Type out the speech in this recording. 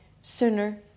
sooner